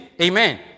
Amen